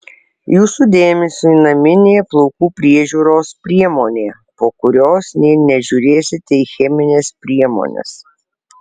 jūsų dėmesiui naminė plaukų priežiūros priemonė po kurios nė nežiūrėsite į chemines priemones